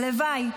הלוואי.